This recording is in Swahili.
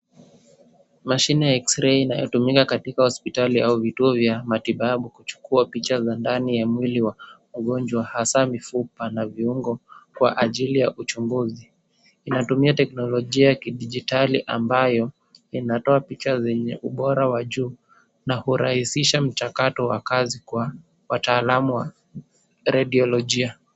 Mashina ya xray inayotumika katika hospitali au vituo vya matibabu kuchukua picha za ndani ya mwili wa wagonjwa hasa mifupa na viungo kwa ajili ya uchunguzi. Inatumia teknolojia ya kidigitali ambayo inatoa picha zenye ubora wa juu na hurahisisha mchakato wa kazi kwa wataalamu wa radiolojia.